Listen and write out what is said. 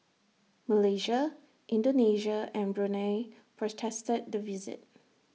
Malaysia Indonesia and Brunei protested the visit